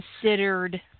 considered